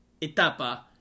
etapa